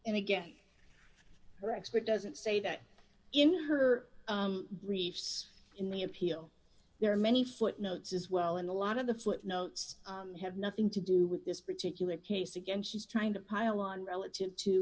in again her expert doesn't say that in her briefs in the appeal there are many footnotes as well and a lot of the footnotes have nothing to do with this particular case again she's trying to pile on relative to